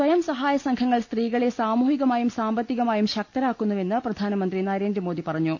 സ്വയംസ്ഹായസംഘങ്ങൾ സ്ത്രീകളെ സാമൂഹികമായും സാമ്പത്തികമായും ശക്തരാക്കുന്നുവെന്ന് പ്രധാനമന്ത്രി നരേന്ദ്ര മോദി പറഞ്ഞു